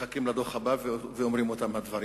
מחכים לדוח הבא ואומרים את אותם הדברים.